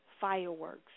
Fireworks